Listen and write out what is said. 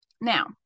Now